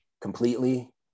completely